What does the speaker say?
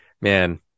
man